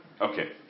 Okay